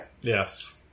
Yes